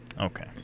okay